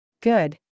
good